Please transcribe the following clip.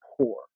poor